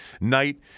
night